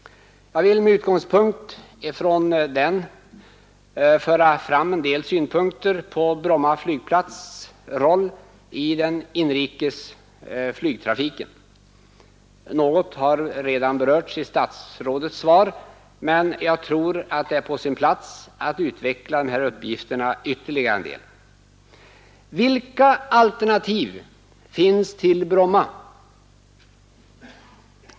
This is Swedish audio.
Jag vill med utgångspunkt från den föra fram en del synpunkter på Bromma flygplats” roll i den inrikes flygtrafiken. Något har redan berörts i statsrådets svar, men jag tror att det är på sin plats att utveckla de här uppgifterna ytterligare en del. Vilka alternativ finns till Bromma?